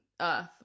Earth